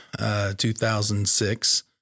2006